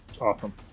Awesome